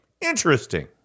interesting